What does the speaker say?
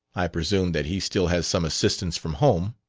i presume that he still has some assistance from home.